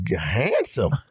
handsome